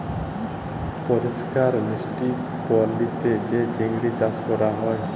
পরিষ্কার মিষ্টি পালিতে যে চিংড়ি চাস ক্যরা হ্যয়